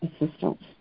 assistance